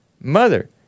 mother